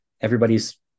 everybody's